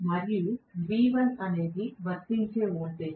మరియు V1 అనేది వర్తించే వోల్టేజ్